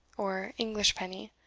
or english penny,